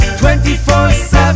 24-7